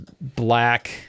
black